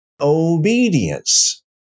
obedience